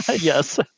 Yes